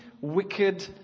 wicked